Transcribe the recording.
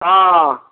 हँ